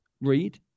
read